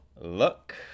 Look